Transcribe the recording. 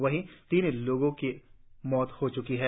वहीं तीन लोगों की मौत हो चुकी है